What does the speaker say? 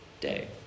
day